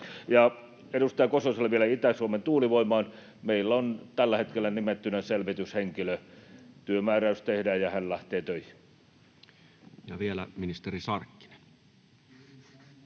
Edustaja Kososelle vielä: Itä-Suomen tuulivoimaan meillä on tällä hetkellä nimettynä selvityshenkilö. Työmääräys tehdään, ja hän lähtee töihin. [Speech 220] Speaker: